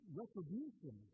retribution